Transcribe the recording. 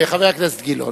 חבר הכנסת גילאון.